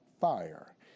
fire